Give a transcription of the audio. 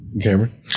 Cameron